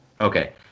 Okay